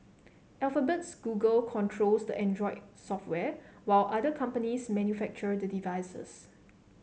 Alphabet's Google controls the Android software while other companies manufacture the devices